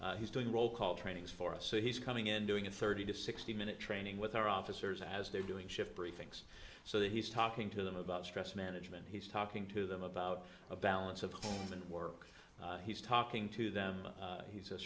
on he's doing roll call trainings for us so he's coming in and doing a thirty to sixty minute training with our officers as they're doing shift briefings so that he's talking to them about stress management he's talking to them about a balance of power and work he's talking to them he's a